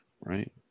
right